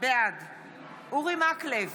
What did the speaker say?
בעד אורי מקלב,